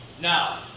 Now